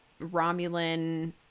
Romulan